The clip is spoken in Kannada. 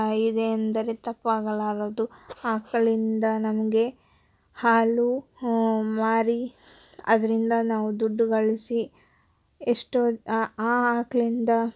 ಇದೆ ಎಂದರೆ ತಪ್ಪಾಗಲಾರದು ಆಕಳಿಂದ ನಮಗೆ ಹಾಲು ಮಾರಿ ಅದರಿಂದ ನಾವು ದುಡ್ಡು ಗಳಿಸಿ ಎಷ್ಟೋ ಆ ಆಕಳಿಂದ